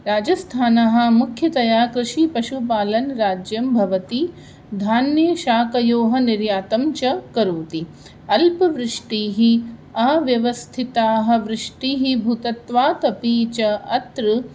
राजस्थानः मुख्यतया कृषिपशुपालनराज्यं भवति धान्यशाकयोः निर्यातञ्च करोति अल्पवृष्टिः अव्यवस्थिताः वृष्टिः भूतत्वात् अपि च अत्र